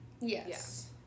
Yes